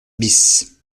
bis